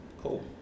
cool